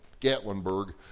Gatlinburg